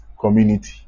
community